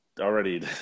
Already